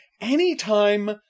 Anytime